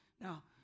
Now